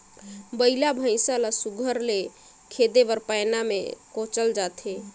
बइला भइसा ल सुग्घर ले खेदे बर पैना मे कोचल जाथे